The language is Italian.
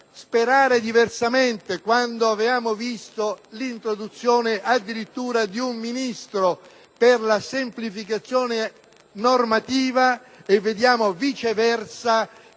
sperare diversamente quando avevamo visto l'introduzione addirittura di un Ministro per la semplificazione normativa, mentre vediamo, viceversa,